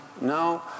No